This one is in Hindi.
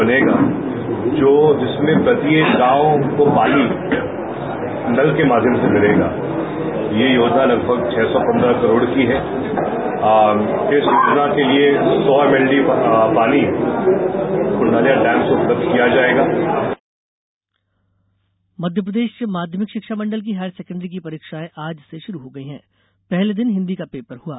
बोर्ड परीक्षा मध्यप्रदेश माध्यमिक शिक्षा मण्डल की हायर सेकेण्डरी की परीक्षायें आज से शुरू हो गई हैं पहले दिन हिन्दी का पेपर हुआ